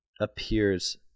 appears